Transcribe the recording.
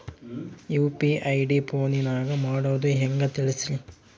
UPI ID ಫೋನಿನಾಗ ಮಾಡೋದು ಹೆಂಗ ತಿಳಿಸ್ರಿ?